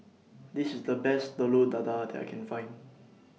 This IS The Best Telur Dadah that I Can Find